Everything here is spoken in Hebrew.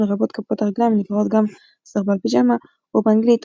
לרבות כפות הרגליים הנקראות גם סרבל-פיג'מה או באנגלית Onesie.